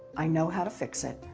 i know how to fix it,